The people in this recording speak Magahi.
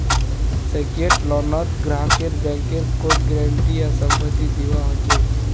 सेक्योर्ड लोनत ग्राहकक बैंकेर कोई गारंटी या संपत्ति दीबा ह छेक